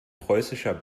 preußischer